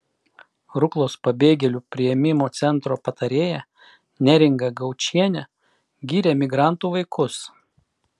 ruklos pabėgėlių priėmimo centro patarėja neringa gaučienė giria migrantų vaikus